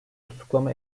tutuklama